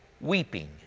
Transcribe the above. weeping